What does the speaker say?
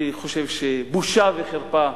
אני חושב שבושה וחרפה,